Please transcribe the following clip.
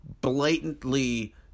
blatantly